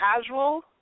casual